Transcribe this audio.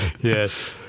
Yes